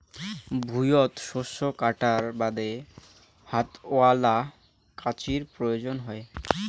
ভুঁইয়ত শস্য কাটার বাদে হাতওয়ালা কাঁচির প্রয়োজন হই